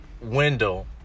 window